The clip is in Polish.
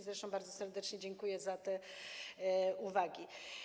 Zresztą bardzo serdecznie dziękuję za te uwagi.